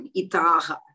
itaha